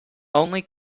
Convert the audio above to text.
only